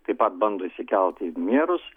taip pat bando išsikelt į merus